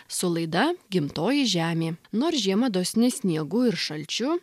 su laida gimtoji žemė nors žiema dosni sniegu ir šalčiu